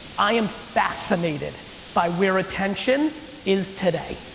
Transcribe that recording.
i am fascinated by where attention is today.